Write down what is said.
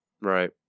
Right